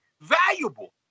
valuable